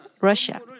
Russia